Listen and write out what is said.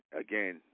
again